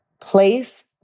Place